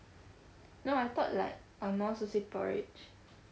no I thought like angmohs will say porridge